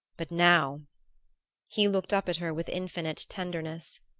but now he looked up at her with infinite tenderness.